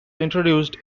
introduced